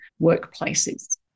workplaces